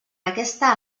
aquesta